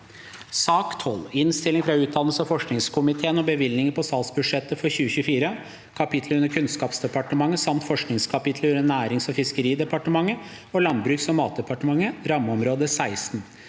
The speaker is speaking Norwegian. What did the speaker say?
2023 Innstilling fra utdannings- og forskningskomiteen om bevilgninger på statsbudsjettet for 2024, kapitler under Kunnskapsdepartementet samt forskningskapitler under Nærings- og fiskeridepartementet og Landbruksog matdepartementet (rammeområde 16)